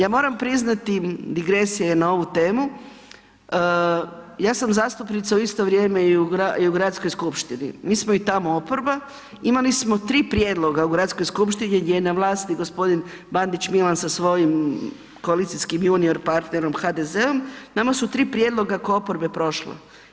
Ja moram priznati digresija je na ovu temu, ja sam zastupnica u isto vrijeme i u Gradskoj skupštini, mi smo i tamo oporba, imali smo tri prijedloga u Gradskoj skupštini gdje je na vlasti gospodin Bandić Milan sa svojim koalicijskim junior partnerom HDZ-om, nama su tri prijedloga ko oporbe prošla.